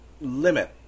limit